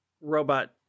robot